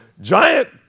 Giant